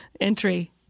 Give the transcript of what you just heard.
entry